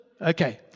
Okay